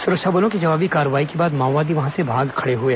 सुरक्षा बलों की जवाबी कार्रवाई के बाद माओवादी वहां से भाग खड़े हुए